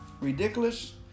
Ridiculous